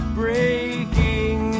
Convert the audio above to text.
breaking